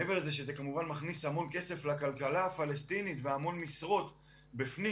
מעבר לזה שזה כמובן מכניס המון כסף לכלכלה הפלסטינית והמון משרות בפנים,